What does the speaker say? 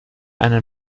einen